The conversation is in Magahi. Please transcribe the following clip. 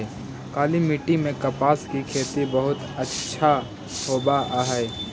काली मिट्टी में कपास की खेती बहुत अच्छा होवअ हई